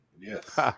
Yes